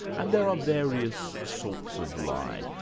and there are various sorts of lie.